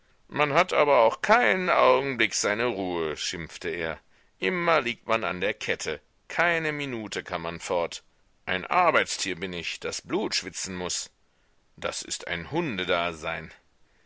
man hat aber auch keinen augenblick seine ruhe schimpfte er immer liegt man an der kette keine minute kann man fort ein arbeitstier bin ich das blut schwitzen muß das ist ein